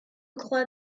crois